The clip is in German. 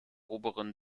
oberen